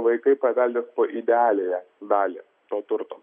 vaikai paveldės po idealiąją dalį to turto